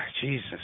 Jesus